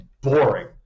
boring